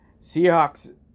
Seahawks